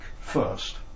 first